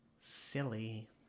Silly